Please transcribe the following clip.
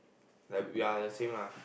like we're the same lah